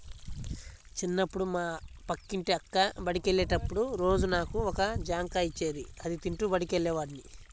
చిన్నప్పుడు మా పక్కింటి అక్క బడికెళ్ళేటప్పుడు రోజూ నాకు ఒక జాంకాయ ఇచ్చేది, అది తింటూ బడికెళ్ళేవాడ్ని